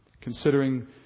considering